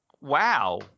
wow